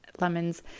lemons